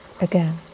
again